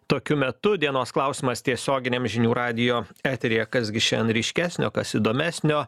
tokiu metu dienos klausimas tiesioginiam žinių radijo eteryje kas gi šen ryškesnio kas įdomesnio